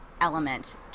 element